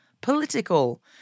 political